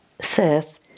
Seth